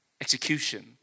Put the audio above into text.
execution